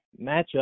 matchup